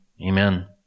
Amen